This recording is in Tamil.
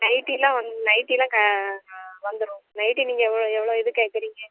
நைட்டி எல்லாம் வந் நைட்டி எல்லாம் க வந்துரும் நைட்டி நீங்கள் எவ்வளோ எவ்வளோ இது கேட்குறீங்க